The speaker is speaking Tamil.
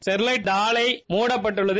ஸ்டெர்லை ஆலை மூடப்பட்டுள்ளது